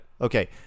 Okay